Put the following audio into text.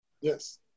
Yes